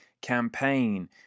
campaign